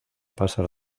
pasa